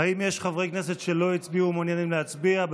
האם יש חברי כנסת שלא הצביעו ומעוניינים להצביע?